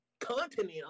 continent